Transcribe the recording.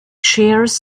shares